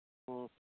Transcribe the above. ꯑꯣ